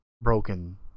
broken